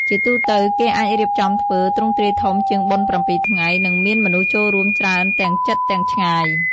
ជាទូទៅ គេអាចរៀបចំធ្វើ ទ្រង់ទ្រាយធំជាងបុណ្យប្រាំពីរថ្ងៃ និងមានមនុស្សចូលរួមច្រើនទាំងជិតទាំងឆ្ងាយ។